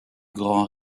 grand